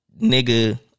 Nigga